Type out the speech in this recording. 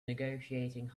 negotiating